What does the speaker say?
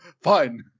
Fine